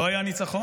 לא היה ניצחון,